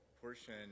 portion